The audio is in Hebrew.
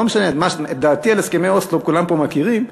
לא משנה, את דעתי על הסכמי אוסלו כולם פה מכירים,